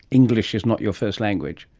english is not your first language.